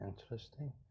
interesting